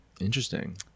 Interesting